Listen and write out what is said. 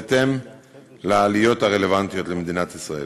בהתאם לעליות הרלוונטיות למדינת ישראל.